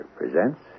presents